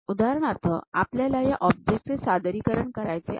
उदाहरणार्थ आपल्याला ह्या ऑब्जेक्टचे सादरीकरण करायचे आहे